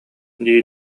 дии